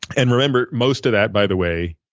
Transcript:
and remember most of that, by the way,